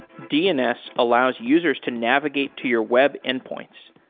dns allows users to navigate to your web endpoints,